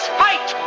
fight